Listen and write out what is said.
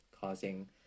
causing